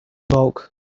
bulk